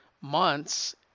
months